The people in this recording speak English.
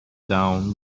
down